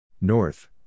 North